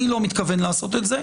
אני לא מתכוון לעשות את זה.